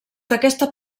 d’aquesta